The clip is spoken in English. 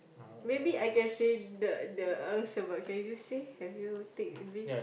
maybe I can say the the ask about can you say have you take risk